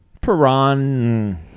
Piran